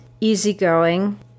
easygoing